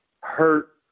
hurt